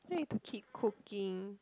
then need to keep cooking